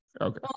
okay